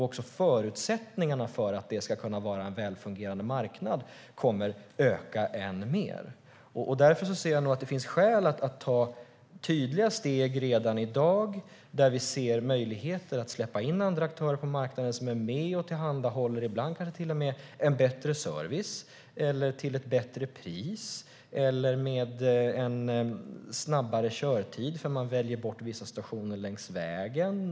Också förutsättningarna för att det ska vara en välfungerande marknad kommer att öka ännu mer. Därför ser jag nog att det finns skäl att ta tydliga steg redan i dag där vi ser möjligheter att släppa in andra aktörer på marknaden som är med och tillhandahåller vad som ibland kanske till och med är en bättre service, ett bättre pris eller en kortare körtid eftersom man väljer bort vissa stationer längs vägen.